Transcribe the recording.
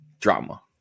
drama